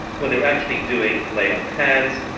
when they were actually doing laying out of hands,